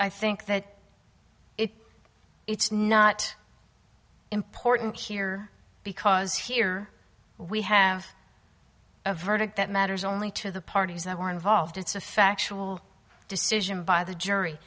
i think that it's not important here because here we have a verdict that matters only to the parties that were involved it's a factual decision by the jury